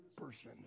person